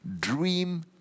dream